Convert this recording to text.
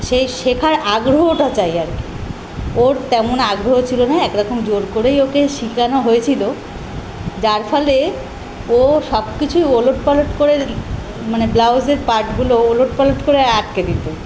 সেই শেখার আগ্রহটা চাই আর কি ওর তেমন আগ্রহ ছিল না এক রকম জোর করেই ওকে শেখানো হয়েছিল যার ফলে ও সব কিছুই ওলটপালট করে মানে ব্লাউজের পার্টগুলো ওলটপালট করে আটকে দিত